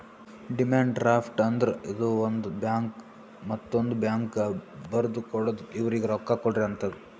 demand draft ಅಂದ್ರ ಇದು ಒಂದು ಬ್ಯಾಂಕ್ ಮತ್ತೊಂದ್ ಬ್ಯಾಂಕ್ಗ ಬರ್ದು ಕೊಡ್ತಾದ್ ಇವ್ರಿಗ್ ರೊಕ್ಕಾ ಕೊಡ್ರಿ ಅಂತ್